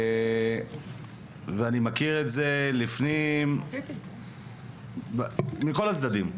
ואני מכיר את הנושא הזה מכל הצדדים: